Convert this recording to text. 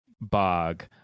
Bog